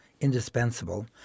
indispensable